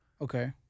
Okay